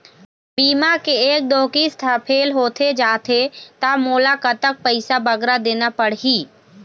बीमा के एक दो किस्त हा फेल होथे जा थे ता मोला कतक पैसा बगरा देना पड़ही ही?